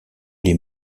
les